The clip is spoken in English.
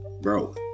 Bro